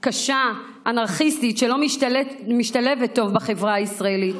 קשה, אנרכיסטית, שלא משתלבת טוב בחברה הישראלית.